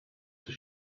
does